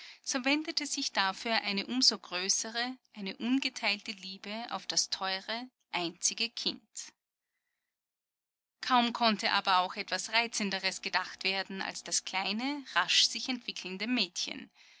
wendete sich dafür eine um so größere eine ungeteilte liebe auf das teure einzige kind kaum konnte aber auch etwas reizenderes gedacht werden als das kleine rasch sich entwickelnde mädchen